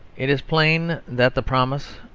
it is plain that the promise,